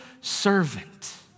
servant